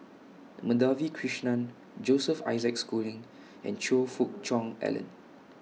Madhavi Krishnan Joseph Isaac Schooling and Choe Fook Cheong Alan